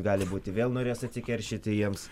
gali būti vėl norės atsikeršyti jiems